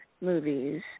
movies